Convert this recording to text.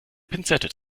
pinzette